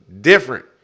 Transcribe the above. different